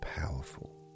powerful